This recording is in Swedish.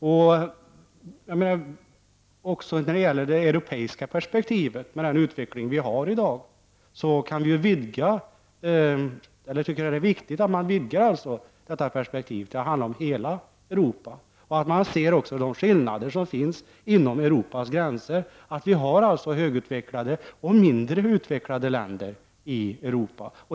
Även när det gäller det europeiska perspektivet, med den utveckling vi har i dag, är det viktigt att man vidgar perspektivet så att det handlar om hela Europa. Vi har stora skillnader inom Europas gränser. Vi har högutvecklade och mindre utvecklade länder i Europa.